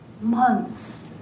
months